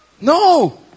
No